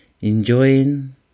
Enjoying